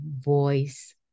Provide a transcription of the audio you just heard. voice